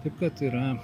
taip kad yra